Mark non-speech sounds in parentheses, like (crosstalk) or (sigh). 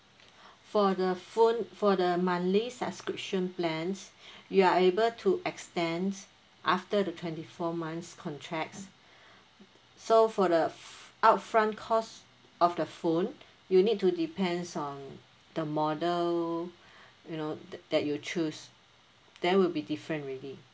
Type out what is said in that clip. for the phone for the monthly subscription plans (breath) you are able to extend after the twenty four months contracts (breath) so for the upfront cost of the phone you need to depends on the model (breath) you know th~ that you choose there will be different already